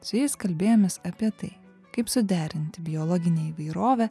su jais kalbėjomės apie tai kaip suderinti biologinę įvairovę